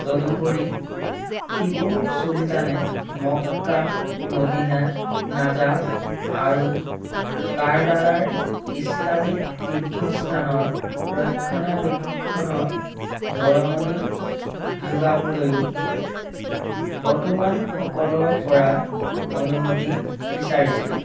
তদুপৰি টিপু চুলতানে Mecca Medina Najaf আৰু কাৰবালাৰ ইছলামিক তীৰ্থস্থানৰ ৰক্ষণাবেক্ষণত বৰঙণি যোগাবলৈয়ো অটোমানসকলৰপৰা অনুমতি বিচাৰিছিল